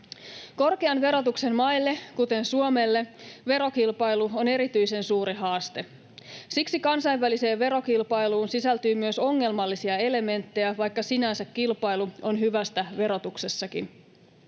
Korkean verotuksen maille, kuten Suomelle, verokilpailu on erityisen suuri haaste. Siksi kansainväliseen verokilpailuun sisältyy myös ongelmallisia elementtejä, vaikka sinänsä kilpailu on hyvästä verotuksessakin.